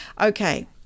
Okay